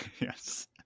Yes